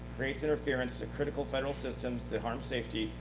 creates interference to critical federal systems, that harm safety,